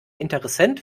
interessent